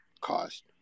cost